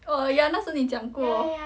err ya 那时候你讲过